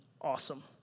awesome